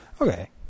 Okay